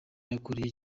yakoreye